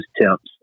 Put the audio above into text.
temps